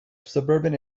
suburban